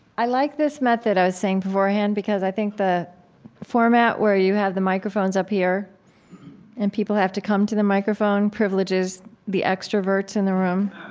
i like this method, i was saying beforehand, because i think the format where you have the microphones up here and people have to come to the microphone privileges the extroverts in the room